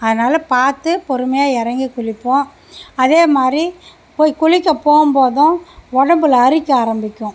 அதனால் பார்த்து பொறுமையாக இறங்கி குளிப்போம் அதேமாதிரி போய் குளிக்க போகும்போதும் உடம்புல அரிக்க ஆரம்பிக்கும்